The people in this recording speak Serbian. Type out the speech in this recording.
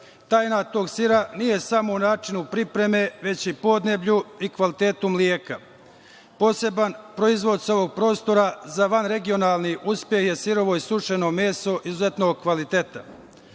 tajna tog sira nije samo u načinu pripreme, već i u podneblju i kvalitetu mleka. Poseban proizvod sa ovog prostora za vanregionalni uspeh je sirovo i sušeno meso izuzetnog kvaliteta.